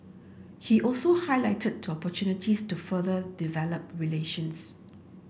he also highlighted opportunities to further develop relations